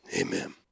amen